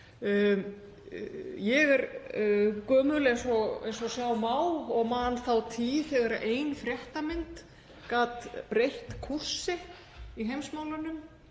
Ég er gömul eins og sjá má og man þá tíð þegar ein fréttamynd gat breytt kúrsi í heimsmálunum